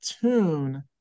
tune